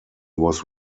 was